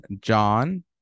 John